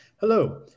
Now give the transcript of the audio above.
Hello